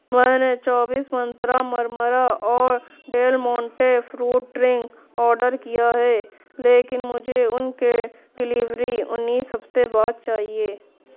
میں نے چوبیس منتر مرمرہ اور Del Monte fruit drink order کیا ہے لیکن مجھے ان کے ڈیلیوری انیس ہفتے بعد چاہیے